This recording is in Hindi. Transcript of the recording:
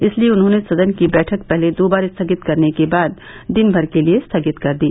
इसलिए उन्होंने सदन की बैठक पहले दो बार स्थगित करने के बाद दिन भर के लिए स्थगित कर दी